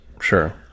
Sure